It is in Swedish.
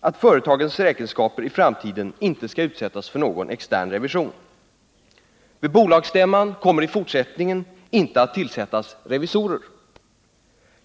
att företagets räkenskaper i framtiden inte skall utsättas för någon extern revision. Vid bolagsstämman kommer i fortsättningen inte att tillsättas revisorer.